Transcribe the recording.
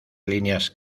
líneas